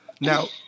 Now